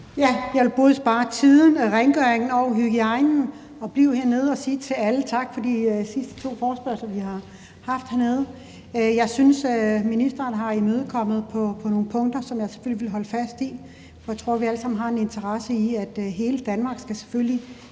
Jeg vil både spare tiden, rengøringen og hygiejnen og blive hernede og sige tak til alle for de sidste to forespørgsler, vi har haft. Jeg synes, ministeren har imødekommet os på nogle punkter, som jeg selvfølgelig vil holde fast i, for jeg tror, vi alle sammen har en interesse i, at hele Danmark selvfølgelig